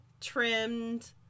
trimmed